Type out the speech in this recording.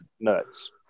nuts